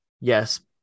Yes